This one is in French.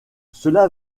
cela